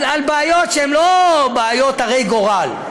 על בעיות שהן לא בעיות הרות גורל.